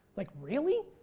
like really?